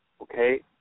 okay